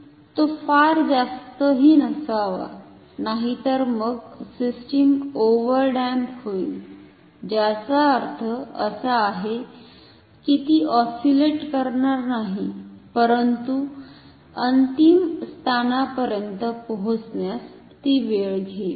आणि तो फार जास्त हि नसावा नाहितर मग सिस्टम ओव्हर डॅम्प होईल ज्याचा अर्थ असा आहे की ती ऑस्सिलेट करणार नाही परंतु अंतिम स्थानापर्यंत पोचण्यास ती वेळ घेइल